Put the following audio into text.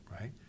right